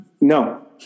No